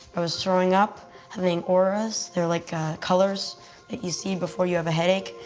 i was throwing up having auras. they're like colors that you seen before you have a headache.